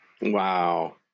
wow